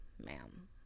ma'am